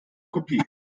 kopie